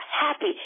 happy